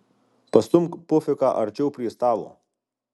pastumk pufiką arčiau prie stalo